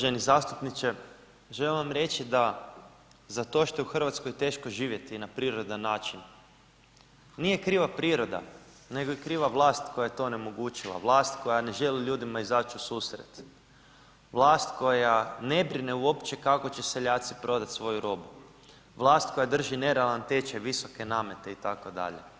Uvaženi zastupniče, želim vam reći da za to što je u RH teško živjeti na prirodan način, nije kriva priroda nego je kriva vlast koja je to onemogućila, vlast koja ne želi ljudima izać u susret, vlast koja ne brine uopće kako će seljaci prodat svoju robu, vlast koja drži nerealan tečaj, visoke namete itd.